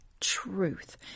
truth